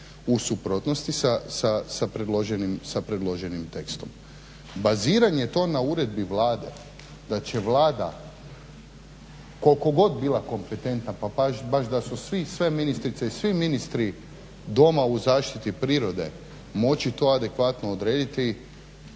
u suprotnosti sa predloženim tekstom. Baziran je to na uredi Vlade, da će Vlada koliko god bila kompetentna, pa baš da su svi, sve ministrice i svi ministri doma u zaštiti prirode moći to adekvatno odrediti,